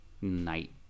night